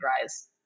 rise